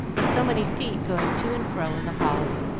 and so many feet going to and fro in the halls.